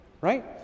Right